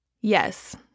Yes